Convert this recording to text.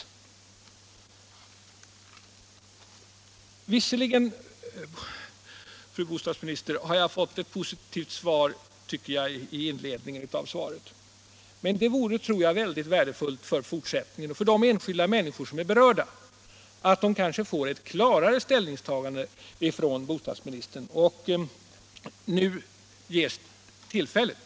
Visserligen, fru bostadsminister, tycker jag att jag i inledningen till svaret fått ett positivt besked. Men det vore, tror jag, väldigt värdefullt för fortsättningen och när det gäller de enskilda människorna som är berörda, att bostadsministern gjorde ett klarare ställningstagande. Och nu ges tillfället!